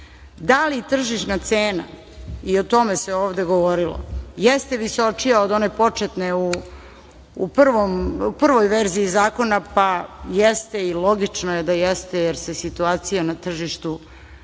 Da li tržišna cena, i o tome se ovde govorilo, jeste visočija od one početne u prvoj verziji zakona? Pa, jeste, i logično je da jeste, jer se situacija na tržištu,